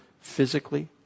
physically